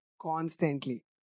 constantly